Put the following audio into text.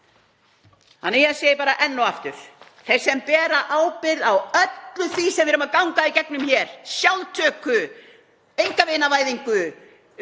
Þannig að ég segi bara enn og aftur: Þeir sem bera ábyrgð á öllu því sem við erum að ganga í gegnum hér, sjálftöku, einkavinavæðingu,